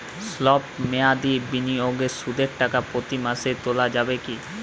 সল্প মেয়াদি বিনিয়োগে সুদের টাকা প্রতি মাসে তোলা যাবে কি?